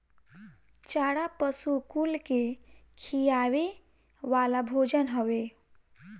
चारा पशु कुल के खियावे वाला भोजन हवे